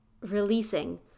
releasing